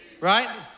Right